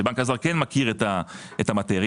שכן מכיר את המטריה,